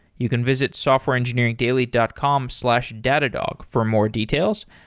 you can visit softwareengineeringdaily dot com slash datadog for more details.